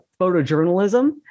photojournalism